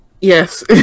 Yes